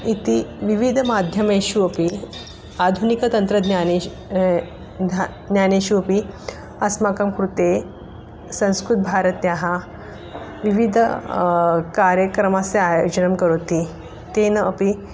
इति विविधमाध्यमेषु अपि आधुनिकतन्त्रज्ञानेषु ज्ञानेषु अपि अस्माकं कृते संस्कृतभारत्याः विविधस्य कार्यक्रमस्य आयोजनं करोति तेन अपि